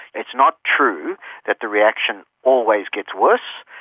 it is not true that the reaction always gets worse.